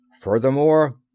Furthermore